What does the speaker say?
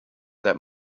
that